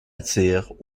attire